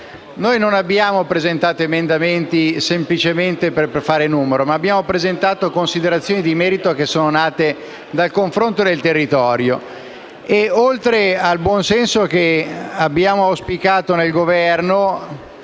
Non abbiamo presentato emendamenti semplicemente per fare numero, ma per dare seguito a considerazioni di merito che sono nate dal confronto con il territorio. Nonostante il buon senso che abbiamo auspicato da parte